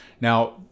Now